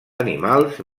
animals